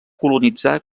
colonitzar